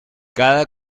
cada